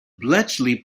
bletchley